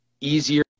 easier